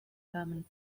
herman